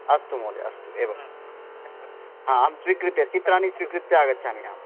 अस्तु महोदय अस्तु एवं हा अहं स्वीकृत्य चित्राणि स्वीकृत्य आगच्छामि अहम्